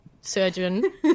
surgeon